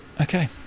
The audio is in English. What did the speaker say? Okay